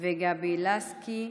וגבי לסקי.